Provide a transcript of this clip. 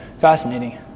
fascinating